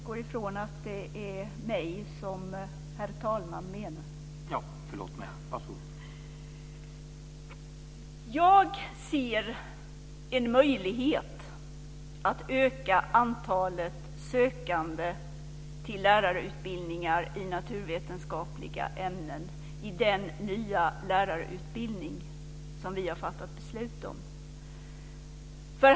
Herr talman! Jag ser en möjlighet att öka antalet sökande till lärarutbildningar i naturvetenskapliga ämnen i den nya lärarutbildning som vi har fattat beslut om.